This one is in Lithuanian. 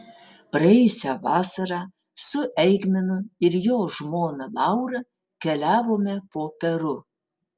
praėjusią vasarą su eigminu ir jo žmona laura keliavome po peru